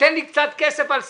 תיתן לי קצת כסף על שכירות,